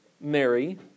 Mary